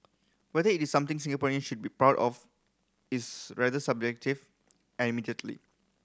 whether it is something Singaporeans should be proud of is rather subjective admittedly